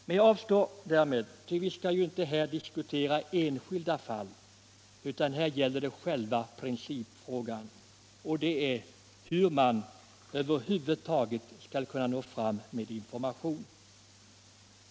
Men jag avstår därifrån, ty vi skall ju inte här diskutera enskilda fall utan själva principfrågan, och den är hur man över huvud taget skall kunna nå fram med information.